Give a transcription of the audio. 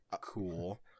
cool